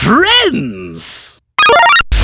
Friends